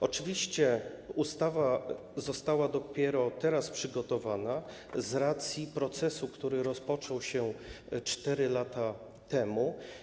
Oczywiście ustawa została dopiero teraz przygotowana z racji procesu, który rozpoczął się 4 lata temu.